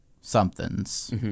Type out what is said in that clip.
something's